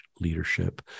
leadership